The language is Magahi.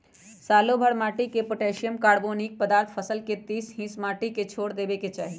सालोभर माटिमें पोटासियम, कार्बोनिक पदार्थ फसल के तीस हिस माटिए पर छोर देबेके चाही